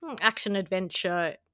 action-adventure